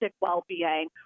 well-being